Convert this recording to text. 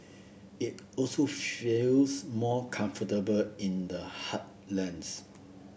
it also feels more comfortable in the heartlands